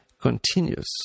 continues